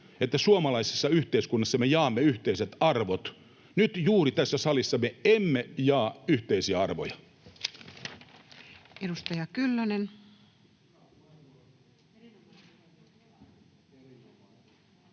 että suomalaisessa yhteiskunnassa me jaamme yhteiset arvot. Nyt juuri tässä salissa me emme jaa yhteisiä arvoja.